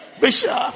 Bishop